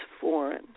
foreign